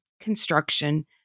construction